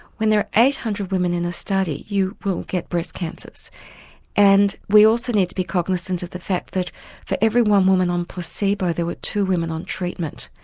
when there are eight hundred women in the study you will get breast cancers and we also need to be cognisant of the fact that for every one woman on placebo there were two women on treatment.